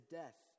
death